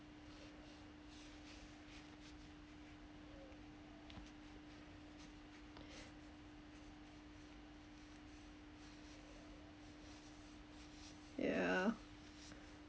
yeah